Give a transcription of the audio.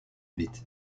bit